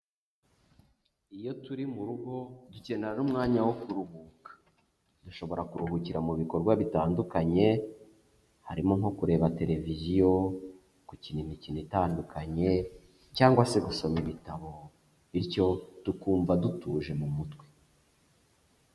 Iyo turi mu rugo dukenera n'umwanya wo kuruhuka, dushobora kuruhukira mu bikorwa bitandukanye, harimo nko kureba televiziyo, gukina imikino itandukanye, cyangwa se gusoma ibitabo, bityo tukumva dutuje mu mutwe.